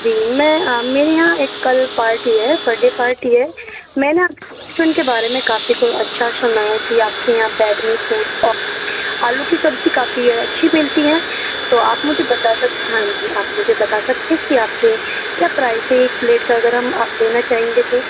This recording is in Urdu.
جی میں میرے یہاں ایک کل پارٹی ہے برتھ ڈے پارٹی ہے میں نا آپ سُن کے بارے میں کافی کوئی اچھا سُنا ہے کہ آپ کے یہاں بیڈنی فوڈ آلو کی سبزی کافی اچھی ملتی ہے تو آپ مجھے بتا سکتے ہاں جی آپ مجھے بتا سکتے ہیں کہ آپ کے کیا پرائز ہیں ایک پلیٹ کا اگر ہم لینا چاہیں گے تو